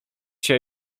się